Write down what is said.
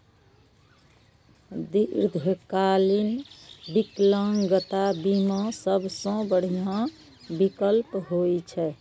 दीर्घकालीन विकलांगता बीमा सबसं बढ़िया विकल्प होइ छै